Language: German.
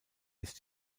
ist